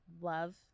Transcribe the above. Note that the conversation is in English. love